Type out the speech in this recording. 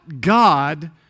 God